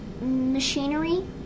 machinery